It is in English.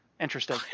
interesting